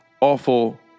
awful